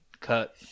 Cut